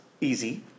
easy